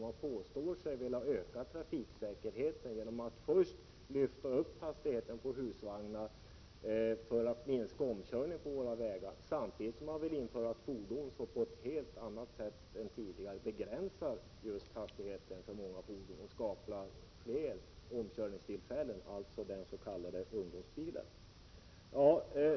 Man påstår sig där vilja öka trafiksäker heten genom att höja hastighetsgränserna för husvagnar för att minska omkörningarna på våra vägar, samtidigt som man vill införa ett fordon som på ett helt annat sätt än tidigare begränsar hastigheten för många fordon och skapar fler omkörningstillfällen, dvs. den s.k. ungdomsbilen.